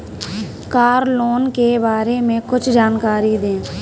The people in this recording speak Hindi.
कार लोन के बारे में कुछ जानकारी दें?